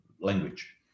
language